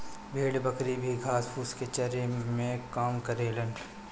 भेड़ बकरी भी घास फूस के चरे में काम करेलन